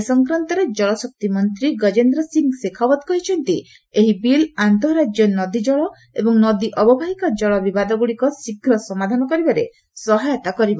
ଏ ସଂକ୍ରାନ୍ତରେ କଳଶକ୍ତି ମନ୍ତ୍ରୀ ଗଜେନ୍ଦ୍ର ସିଂ ଶେଖାଓ୍ୱତ୍ କହିଛନ୍ତି ଏହି ବିଲ୍ ଆନ୍ତଃରାଜ୍ୟ ନଦୀକଳ ଏବଂ ନଦୀ ଅବବାହିକା କଳ ବିବାଦଗୁଡ଼ିକ ଶୀଘ୍ର ସମାଧାନ କରିବାରେ ସହାୟତା କରିବ